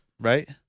Right